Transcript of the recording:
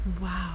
Wow